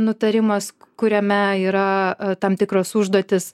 nutarimas kuriame yra tam tikros užduotys